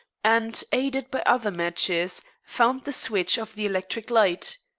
and, aided by other matches, found the switch of the electric light.